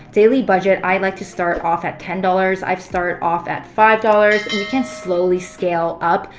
daily budget? i like to start off at ten dollars. i started off at five dollars. you can slowly scale up.